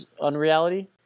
unreality